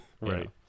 right